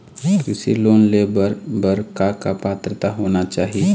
कृषि लोन ले बर बर का का पात्रता होना चाही?